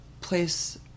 place